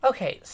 Okay